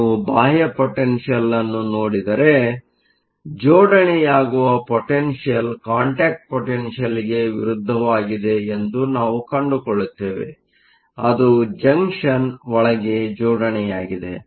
ನೀವು ಬಾಹ್ಯ ಪೊಟೆನ್ಷಿಯಲ್Potential ಅನ್ನು ನೋಡಿದರೆ ಜೋಡಣೆಯಾಗುವ ಪೊಟೆನ್ಷಿಯಲ್Potential ಕಾಂಟ್ಯಾಕ್ಟ್ ಪೊಟೆನ್ಷಿಯಲ್Contact Potentialಗೆ ವಿರುದ್ಧವಾಗಿದೆ ಎಂದು ನಾವು ಕಂಡುಕೊಳ್ಳುತ್ತೇವೆ ಅದು ಜಂಕ್ಷನ್ ಒಳಗೆ ಜೋಡಣೆಯಾಗಿದೆ